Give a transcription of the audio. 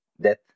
Death